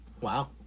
Wow